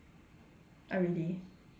oh really